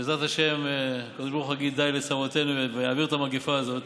ובעזרת השם הקדוש ברוך הוא יגיד די לצרותינו ויעביר את המגפה הזאת,